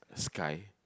sky